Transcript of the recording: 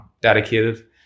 dedicated